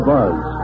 Buzz